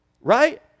right